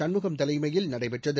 சண்முகம் தலைமையில் நடைபெற்றது